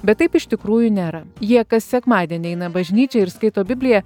bet taip iš tikrųjų nėra jie kas sekmadienį eina į bažnyčią ir skaito bibliją